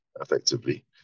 effectively